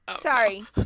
Sorry